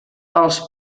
els